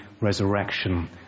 resurrection